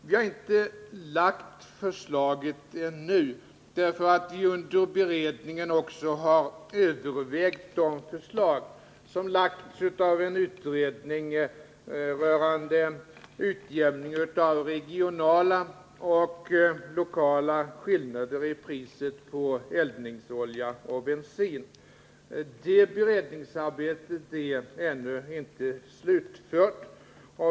Vi har inte lagt fram förslaget ännu, därför att vi under beredningen också har övervägt de förslag som lagts fram av en utredning rörande utjämning av regionala och lokala skillnader i priset på eldningsolja och bensin. Det beredningsarbetet är ännu inte slutfört.